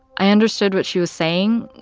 i understood what she was saying,